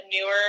newer